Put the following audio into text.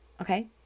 okay